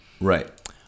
Right